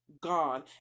God